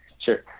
sure